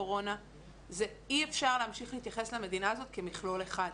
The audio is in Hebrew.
הקורונה הוא שאי-אפשר להמשיך להתייחס למדינה הזאת כמכלול אחד.